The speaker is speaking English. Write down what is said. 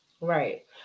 Right